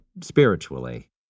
spiritually